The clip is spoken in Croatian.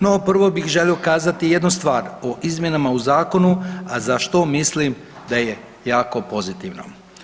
No prvo bih želio kazati jednu stvar o izmjenama u zakonu, a za što mislim da je jako pozitivno.